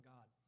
God